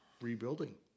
rebuilding